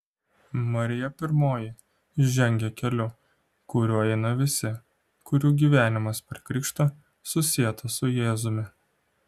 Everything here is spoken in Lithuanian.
marija pirmoji žengia keliu kuriuo eina visi kurių gyvenimas per krikštą susietas su jėzumi